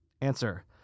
Answer